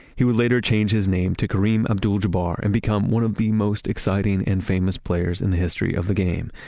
he would later change his name to kareem abdul-jabbar and become one of the most exciting and famous players in the history of the game.